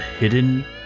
Hidden